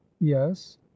yes